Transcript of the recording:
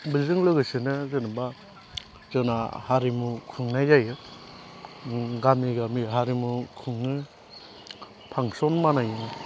बेजों लोगोसेनो जेन'बा जोंना हारिमु खुंनाय जायो गामि गामि हारिमु खुङो फांशन बानायो